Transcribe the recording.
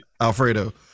Alfredo